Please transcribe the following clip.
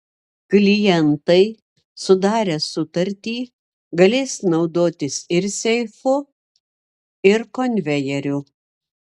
klientai sudarę sutartį galės naudotis ir seifu ir konvejeriu